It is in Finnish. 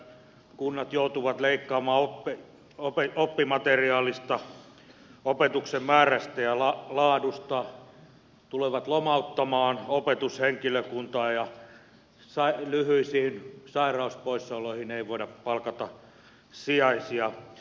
kunnat joutuvat leikkaamaan oppimateriaalista opetuksen määrästä ja laadusta tulevat lomauttamaan opetushenkilökuntaa ja lyhyisiin sairauspoissaoloihin ei voida palkata sijaisia